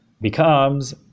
becomes